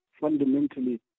fundamentally